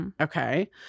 Okay